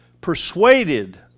persuaded